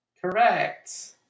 Correct